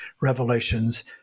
Revelations